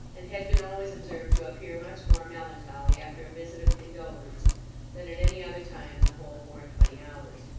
and had been always observed to appear much more melancholy after a visit of condolence than at any other time in the whole four-and-twenty hours.